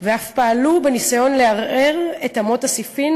ואף פעלו בניסיון לערער את אמות הספים